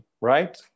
right